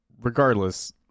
Regardless